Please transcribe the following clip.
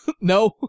No